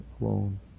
alone